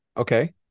Okay